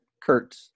kurt